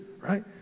right